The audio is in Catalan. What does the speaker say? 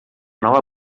nova